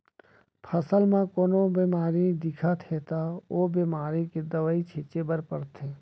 फसल म कोनो बेमारी दिखत हे त ओ बेमारी के दवई छिंचे बर परथे